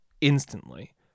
instantly